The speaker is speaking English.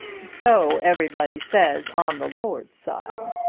so everybody says on the lord's side.